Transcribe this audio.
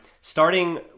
starting